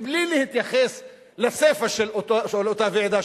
בלי להתייחס לסיפא של אותה ועידה,